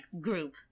group